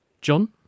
John